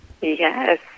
Yes